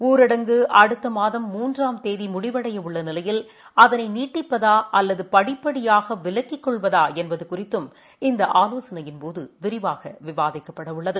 ஊரடங்கு அடுத்தமாதம் முன்றாம் தேதிழடிவடையவுள்ளநிலையில் அதனைநீட்டிப்பதாஅல்லதுபடிப்படியாகவிலக்கிக் கொள்வதாஎன்பதுகுறித்தம் இந்த ஆலோசனையின்போதுவிரிவாகவிவாதிக்கப்படவுள்ளது